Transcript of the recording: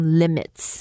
limits